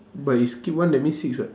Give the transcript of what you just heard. but you skip one that means six what